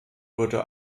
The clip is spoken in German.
wurde